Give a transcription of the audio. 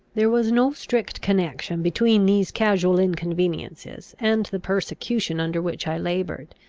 there was no strict connection between these casual inconveniences and the persecution under which i laboured.